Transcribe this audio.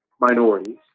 minorities